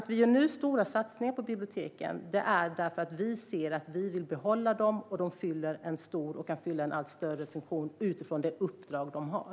Vi gör nu stora satsningar på biblioteken för att vi vill behålla dem och för att de fyller en stor och allt större funktion utifrån det uppdrag de har.